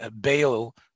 bail